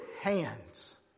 hands